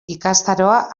ikastaroa